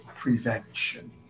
prevention